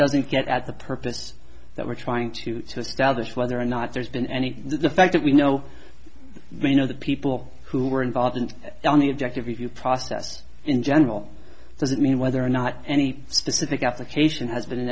doesn't get at the purpose that we're trying to establish whether or not there's been any the fact that we know you know the people who were involved and the objective review process in general doesn't mean whether or not any specific application has been in